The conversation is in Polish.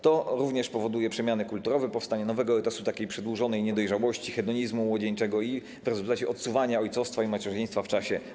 To również powoduje przemiany kulturowe: powstanie nowego etosu przedłużonej niedojrzałości, hedonizmu młodzieńczego i w rezultacie odsuwanie ojcostwa i macierzyństwa w czasie.